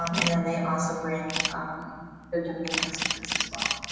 um and then they also bring um their domain experts as well.